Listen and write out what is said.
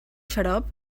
xarop